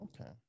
okay